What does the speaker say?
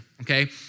okay